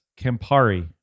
campari